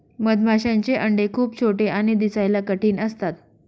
मधमाशांचे अंडे खूप छोटे आणि दिसायला कठीण असतात